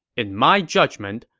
in my judgment,